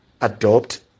adopt